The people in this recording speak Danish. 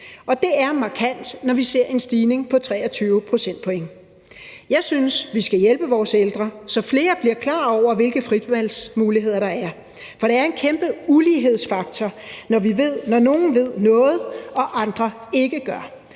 det er markant, når vi ser en stigning på 23 procentpoint. Jeg synes, vi skal hjælpe vores ældre, så flere bliver klar over, hvilke fritvalgsmuligheder der er. For det er en kæmpe ulighedsfaktor, når nogle ved noget og andre ikke gør.